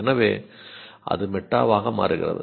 எனவே அது மெட்டா வாக மாறுகிறது